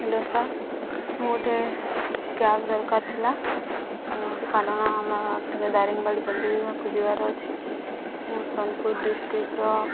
hello sir ମୁଁ ଗୋଟେ cab ଦରକାର ଥିଲା କାରଣ ଆମର ଟିକେ ଦାରିଙ୍ଗବାଡ଼ି ବୁଲିବାକୁ ଯିବାର ଅଛି ମୁଁ ସୋନପୁର ଡ଼ିଷ୍ଟ୍ରିକ୍ଟର